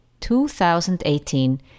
2018